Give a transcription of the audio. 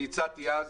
אני הצעתי אז